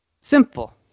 simple